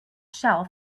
shelf